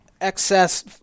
excess